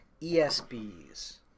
ESBs